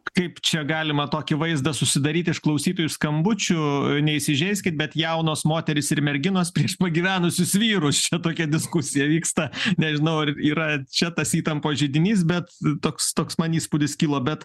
kaip čia galima tokį vaizdą susidaryt iš klausytojų iš skambučių neįsižeiskit bet jaunos moterys ir merginos prieš pagyvenusius vyrus čia tokia diskusija vyksta nežinau ar yra čia tas įtampos židinys bet toks toks man įspūdis kilo bet